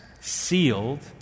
sealed